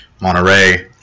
Monterey